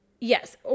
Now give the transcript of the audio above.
Yes